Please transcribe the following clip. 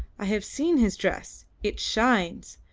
i have seen his dress. it shines!